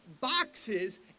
boxes